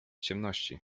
ciemności